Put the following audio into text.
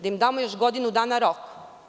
Da im damo još godinu dana rok?